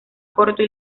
corto